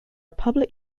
public